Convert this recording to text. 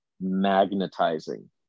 magnetizing